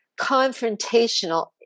confrontational